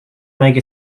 make